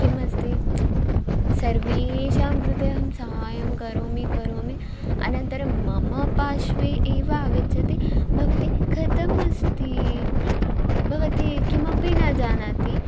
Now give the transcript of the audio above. किमस्ति सर्वेषां कृते अहं सहायं करोमि करोमि अनन्तरं मम पार्श्वे एव आगच्छति भवति कथमस्ति भवति किमपि न जानाति